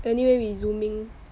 anyway we Zoom-ing